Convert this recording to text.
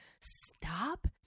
stop